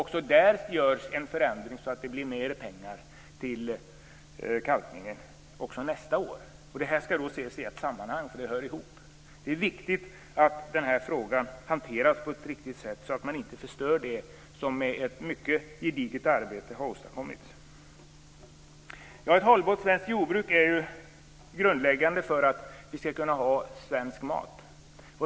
Också där görs en förändring så att det blir mer pengar till kalkningen även nästa år. Detta skall ses i ett sammanhang, eftersom det hör ihop. Det är viktigt att den här frågan hanteras på ett riktigt sätt så att man inte förstör det som har åstadkommits med ett mycket gediget arbete. Ett hållbart svenskt jordbruk är grundläggade för att vi skall kunna ha svensk mat.